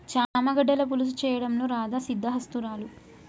చామ గడ్డల పులుసు చేయడంలో రాధా సిద్దహస్తురాలు